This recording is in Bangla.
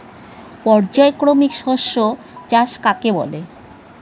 পর্যায়ক্রমিক শস্য চাষ কাকে বলে?